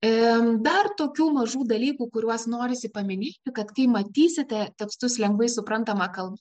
em dar tokių mažų dalykų kuriuos norisi paminėti kad kai matysite tekstus lengvai suprantama kalba